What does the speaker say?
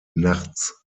nachts